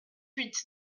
huit